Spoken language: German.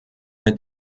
mit